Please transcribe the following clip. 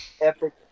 Epic